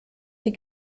die